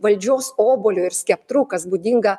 valdžios obuoliu ir skeptru kas būdinga